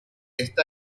esta